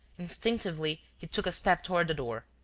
instinctively, he took a step toward the door.